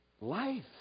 Life